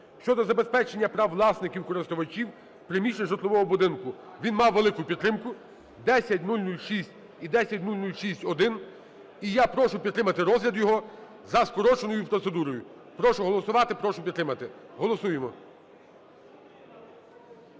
щодо забезпечення прав власників (користувачів) приміщень жилого будинку. Він мав велику підтримку (10006 і 10006-1). І я прошу підтримати розгляд його за скороченою процедурою. Прошу голосувати, прошу підтримати. Голосуємо.